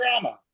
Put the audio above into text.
drama